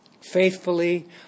faithfully